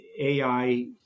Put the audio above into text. AI